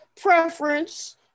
preference